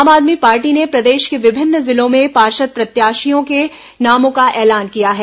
आम आदमी पार्टी ने प्रदेश के विभिन्न जिलों में पार्षद प्रत्याशियों के नामों का ऐलान किया है